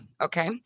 Okay